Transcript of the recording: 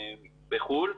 בחו"ל.